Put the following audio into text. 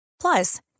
Plus